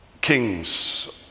kings